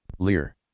Lear